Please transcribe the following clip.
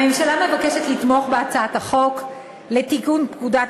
הממשלה מבקשת לתמוך בהצעת החוק לתיקון פקודת